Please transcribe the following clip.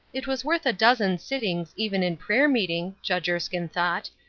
it was worth a dozen sittings even in prayer-meeting, judge erskine thought,